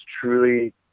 truly